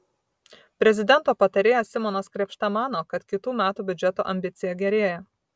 prezidento patarėjas simonas krėpšta mano kad kitų metų biudžeto ambicija gerėja